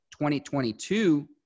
2022